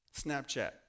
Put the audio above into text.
Snapchat